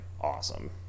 awesome